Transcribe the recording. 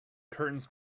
curtains